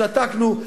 שתקנו,